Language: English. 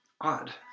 odd